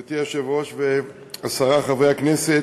גברתי היושבת-ראש, השרה, חברי הכנסת,